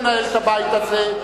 אתה לא תנהל את הבית הזה,